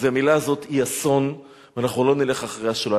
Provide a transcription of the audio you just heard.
אז המלה הזאת היא אסון ואנחנו לא נלך אחריה שולל.